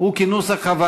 הוא כנוסח הוועדה.